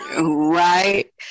right